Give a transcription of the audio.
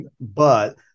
but-